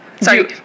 sorry